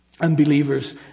unbelievers